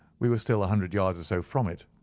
we were still a hundred yards or so from it,